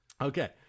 Okay